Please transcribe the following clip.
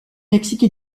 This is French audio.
mexique